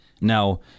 Now